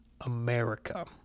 America